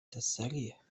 تستريح